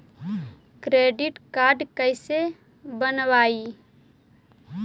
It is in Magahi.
क्रेडिट कार्ड कैसे बनवाई?